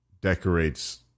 decorates